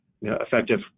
effective